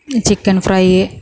chicken fry